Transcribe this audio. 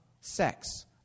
sex